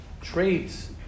traits